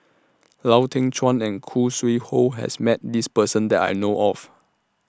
Lau Teng Chuan and Khoo Sui Hoe has Met This Person that I know of